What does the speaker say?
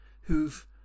Who've